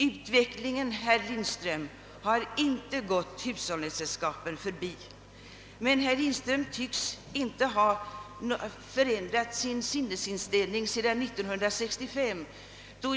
Utvecklingen har, herr Lindström, inte gått hushållningssällskapen förbi, men herr Lindström tycks inte ha ändrat sin inställning sedan 1965.